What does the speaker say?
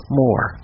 more